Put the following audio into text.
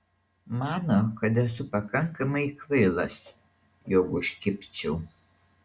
mano kad esu pakankamai kvailas jog užkibčiau